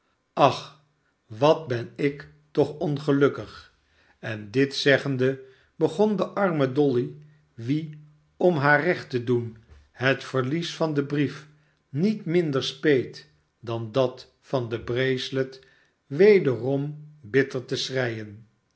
ach wat ben ik toch ongelukkig en dit zeggende begon de arme dolly wie om haar recht te doen het verlies van den brief niet minder speet dan dat van de bracelet wederom bitter te schreien